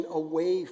away